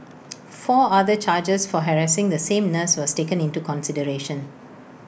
four other charges for harassing the same nurse was taken into consideration